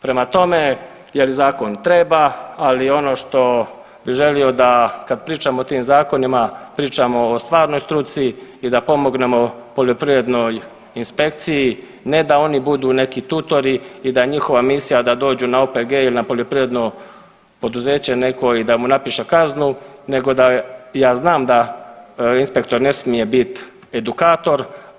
Prema tome je li zakon treba, ali ono što bih želio da kad pričamo o tim zakonima pričamo o stvarnoj struci i da pomognemo poljoprivrednoj inspekciji, ne da oni budu neki tutori i da je njihova misija da dođu na OPG ili na poljoprivredno poduzeće neko i da mu napiše kaznu, nego da ja znam da inspektor ne smije biti edukator.